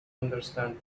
understand